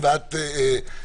איתן ואת אחריו.